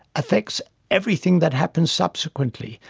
affects everything that happens subsequently,